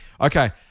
Okay